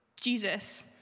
Jesus